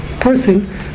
person